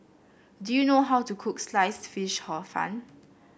do you know how to cook Sliced Fish Hor Fun